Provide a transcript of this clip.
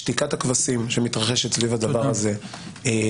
שתיקת הכבשים שמתרחשת סביב הדבר הזה מעידה